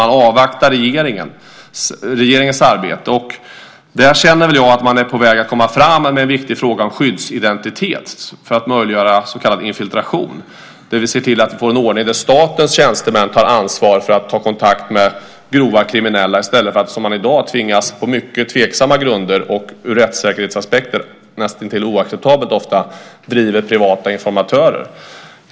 Man avvaktar regeringens arbete. Där känner jag att man är på väg att komma fram i en viktig fråga, nämligen den om skyddsidentitet. Det handlar alltså om att möjliggöra så kallad infiltration. Vi ska se till att få en ordning där statens tjänstemän har ansvaret för att ta kontakt med grova kriminella, i stället för att, som fallet är i dag, på mycket tveksamma grunder och ur rättssäkerhetsaspekt näst intill oacceptabelt ofta tvingas använda sig av privata informatörer.